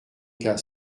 cas